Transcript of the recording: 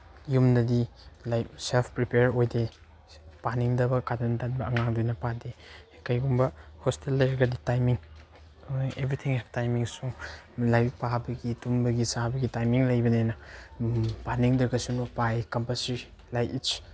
ꯌꯨꯝꯗꯗꯤ like self prepare ꯑꯣꯏꯗꯦ ꯄꯥꯅꯤꯡꯗꯕ ꯀꯇꯟ ꯇꯟꯕ ꯑꯉꯥꯡꯗꯅ ꯄꯥꯗꯦ ꯀꯩꯒꯨꯝꯕ ꯍꯣꯁꯇꯦꯜ ꯂꯩꯔꯒꯗꯤ ꯇꯥꯏꯃꯤꯡ ꯑꯦꯕ꯭ꯔꯤꯊꯤꯡ ꯇꯥꯏꯃꯤꯡꯁꯨ ꯂꯥꯏꯔꯤꯛ ꯄꯥꯕꯒꯤ ꯇꯨꯝꯕꯒꯤ ꯆꯥꯕꯒꯤ ꯇꯥꯏꯃꯤꯡ ꯂꯩꯕꯅꯤꯅ ꯄꯥꯅꯤꯡꯗ꯭ꯔꯒꯁꯨ ꯄꯥꯏ ꯀꯝꯄꯜꯁꯔꯤ ꯂꯥꯏꯛ ꯏꯁ